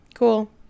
cool